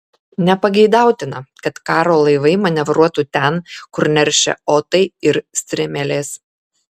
nepageidautina kad karo laivai manevruotų ten kur neršia otai ir strimelės